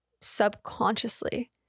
subconsciously